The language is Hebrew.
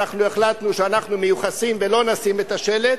החלטנו שאנחנו מיוחסים ולא נשים את השלט.